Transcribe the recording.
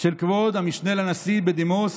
של כבוד המשנה לנשיא בדימוס